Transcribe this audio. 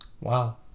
Wow